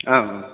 आम्